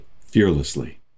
fearlessly